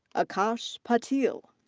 akash patil.